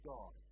God